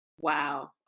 Wow